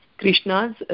Krishna's